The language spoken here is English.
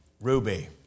Ruby